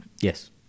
Yes